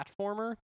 platformer